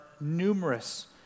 numerous